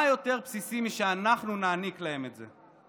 מה יותר בסיסי מזה שאנחנו נעניק להם את זה?